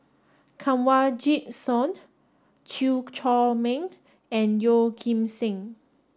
Kanwaljit Soin Chew Chor Meng and Yeoh Ghim Seng